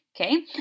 okay